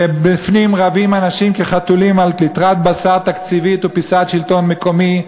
ובפנים רבים אנשים כחתולים על ליטרת בשר תקציבית ופיסת שלטון מקומי.